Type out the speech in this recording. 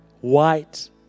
white